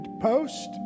Post